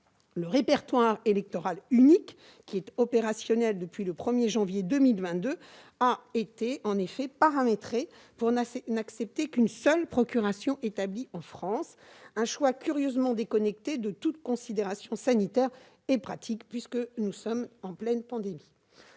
Le répertoire électoral unique, opérationnel, je le rappelle, depuis le 1 janvier 2022, a été en effet paramétré pour n'accepter qu'une seule procuration établie en France- un choix curieusement déconnecté de toute considération sanitaire et pratique, puisque nous sommes en pleine pandémie